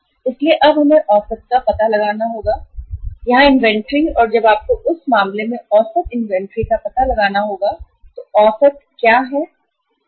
इसलिए अब हमें उस मामले में औसत इन्वेंट्री का पता लगाना होगा तो अब यहाँ औसत सूची क्या है